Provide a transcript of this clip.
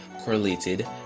correlated